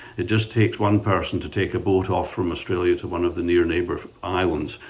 it just takes one person to take a boat off from australia to one of the near neighbour islands,